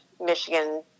Michigan